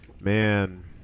man